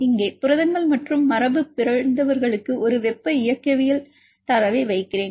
இங்கே புரதங்கள் மற்றும் மரபுபிறழ்ந்தவர்களுக்கு ஒரு வெப்ப இயக்கவியல் தரவை வைக்கிறேன்